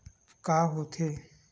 का होथे?